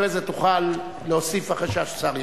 אחרי זה תוכל להוסיף, אחרי שהשר ישיב.